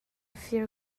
fir